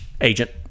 Agent